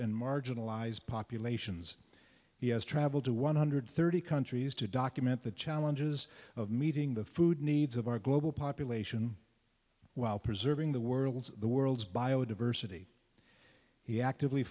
and marginalized populations yes traveled to one hundred thirty countries to document the challenges of meeting the food needs of our global population while preserving the world's the world's biodiversity he actively